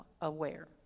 aware